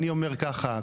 אני אומר ככה,